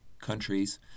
Countries